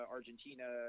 Argentina